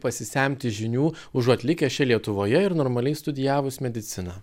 pasisemti žinių užuot likęs čia lietuvoje ir normaliai studijavus mediciną išvažiuoti